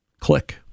click